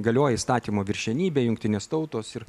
galioja įstatymo viršenybė jungtinės tautos ir